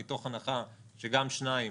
מתוך הנחה שגם שניים,